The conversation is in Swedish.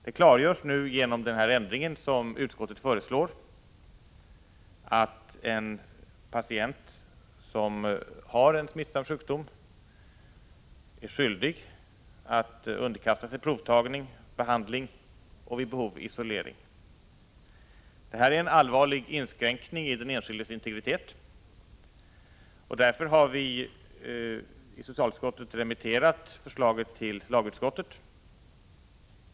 Det klargörs genom den ändring som utskottet föreslår att en patient som har en smittsam sjukdom är skyldig att underkasta sig provtagning, behandling och vid behov isolering. Detta är en allvarlig inskränkning i den — Prot. 1985/86:33 enskildes integritet, och socialutskottet har därför remitterat förslaget till 21 november 1985 lagrådet.